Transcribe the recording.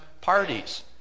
parties